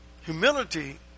Humility